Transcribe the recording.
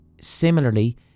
Similarly